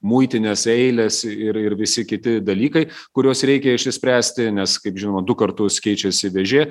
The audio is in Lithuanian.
muitinės eilės ir ir visi kiti dalykai kuriuos reikia išsispręsti nes kaip žinoma du kartus keičiasi dėžė